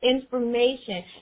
information